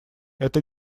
это